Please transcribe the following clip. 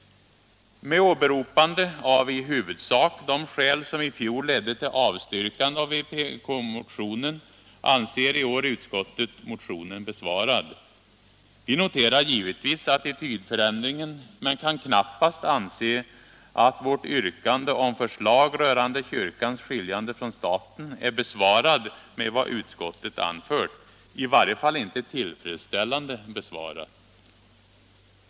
Med åberopande av i huvudsak de skäl som i fjol ledde till avstyrkande av vpkmotionen anser i år utskottet motionen besvarad. Vi noterar givetvis attitydförändringen men kan knappast anse att vårt yrkande om förslag rörande kyrkans skiljande från staten är besvarat med vad utskottet anfört, i varje fall inte tillfredsställande besvarat.